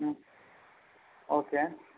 okay